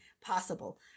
possible